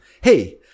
Hey